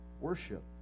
worship